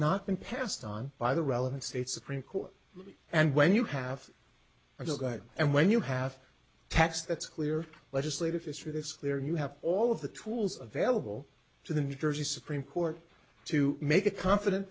not been passed on by the relevant state supreme court and when you have a good and when you have text that's clear legislative history it's clear you have all of the tools available to the new jersey supreme court to make a confiden